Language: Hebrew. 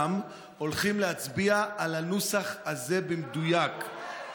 כולם הולכים להצביע על הנוסח הזה במדויק.